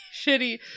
shitty